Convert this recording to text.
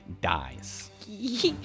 dies